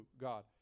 God